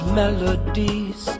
melodies